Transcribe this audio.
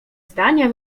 zdania